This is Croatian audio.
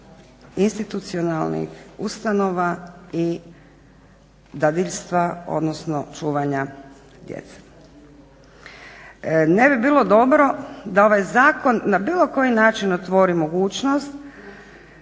institucionalnih ustanova i dadiljstva, odnosno čuvanja djece. Ne bi bilo dobro da ovaj zakon na bilo koji način otvori mogućnost